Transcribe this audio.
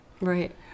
Right